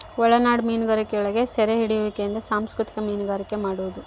ಒಳನಾಡ ಮೀನುಗಾರಿಕೆಯೊಳಗ ಸೆರೆಹಿಡಿಯುವಿಕೆಲಿಂದ ಸಂಸ್ಕೃತಿಕ ಮೀನುಗಾರಿಕೆ ಮಾಡುವದು